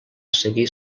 seguir